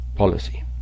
Policy